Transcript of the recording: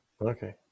Okay